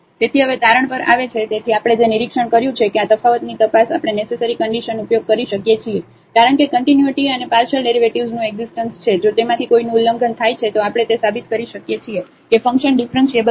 તેથી હવે તારણ પર આવે છે તેથી આપણે જે નિરીક્ષણ કર્યું છે કે આ તફાવતની તપાસ આપણે નેસેસરી કન્ડિશન ઉપયોગ કરી શકીએ છીએ કારણ કે કન્ટિન્યુટીઅને પાર્શિયલ ડેરિવેટિવ્ઝ નું એકઝીસ્ટન્સછે જો તેમાંથી કોઈનું ઉલ્લંઘન થાય છે તો આપણે તે સાબિત કરી શકીએ છીએ કે ફંક્શન ડિફરન્સીબલ નથી